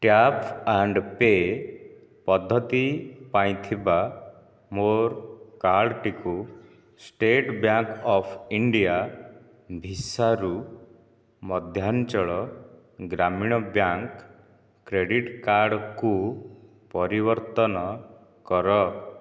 tap and pay' ପଦ୍ଧତି ପାଇଁ ଥିବା ମୋ'ର କାର୍ଡ୍ଟିକୁ ଷ୍ଟେଟ୍ ବ୍ୟାଙ୍କ୍ ଅଫ୍ ଇଣ୍ଡିଆ ଭିସାରୁ ମଧ୍ୟାଞ୍ଚଳ ଗ୍ରାମୀଣ ବ୍ୟାଙ୍କ୍ କ୍ରେଡିଟ୍ କାର୍ଡ୍କୁ ପରିବର୍ତ୍ତନ କର